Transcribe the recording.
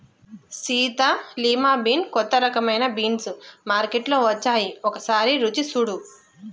Sita lima bean కొత్త రకమైన beans మార్కేట్లో వచ్చాయి ఒకసారి రుచి సుడు